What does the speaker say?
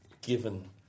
given